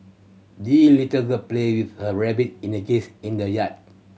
the little girl played with her rabbit and geese in the yard